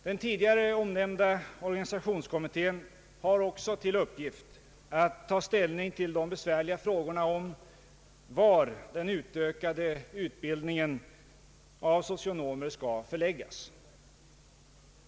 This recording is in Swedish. Den tidigare nämnda organisationskommittén har också till uppgift att ta ställning till de besvärliga frågorna om var den utökade utbildningen av socionomer skall förläggas.